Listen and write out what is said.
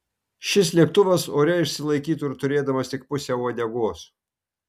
šis lėktuvas ore išsilaikytų ir turėdamas tik pusę uodegos